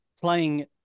playing